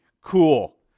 Cool